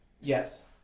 Yes